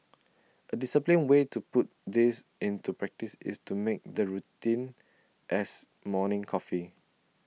A disciplined way to put this into practice is to make the routine as morning coffee